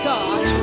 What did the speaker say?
God